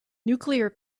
nuclear